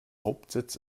hauptsitz